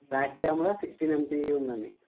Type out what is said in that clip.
back camera sixteen MP ఉంది అండి